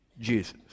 Jesus